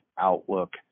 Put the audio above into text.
outlook